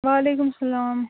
وعلیکم السلام